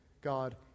God